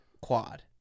quad